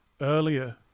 earlier